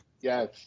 Yes